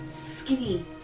skinny